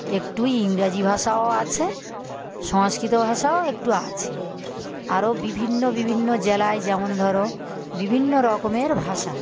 একটু ইংরাজি ভাষাও আছে সংস্কৃত ভাষাও একটু আছে আরও বিভিন্ন বিভিন্ন জেলায় যেমন ধরো বিভিন্ন রকমের ভাষা